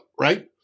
right